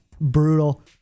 brutal